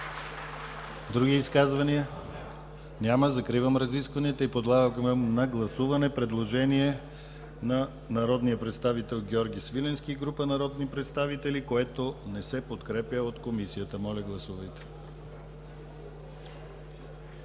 Други изказвания. Няма. Закривам разискванията и подлагам на гласуване предложението на народния представител Георги Свиленски и група народни представители, което не се подкрепя от Комисията. Моля, гласувайте.